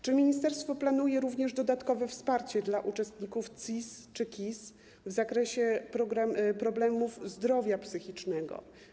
Czy ministerstwo planuje również dodatkowe wsparcie dla uczestników CIS czy KIS w zakresie problemów zdrowia psychicznego?